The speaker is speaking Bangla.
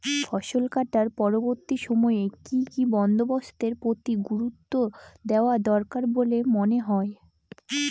ফসলকাটার পরবর্তী সময়ে কি কি বন্দোবস্তের প্রতি গুরুত্ব দেওয়া দরকার বলে মনে হয়?